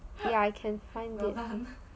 ya I can find it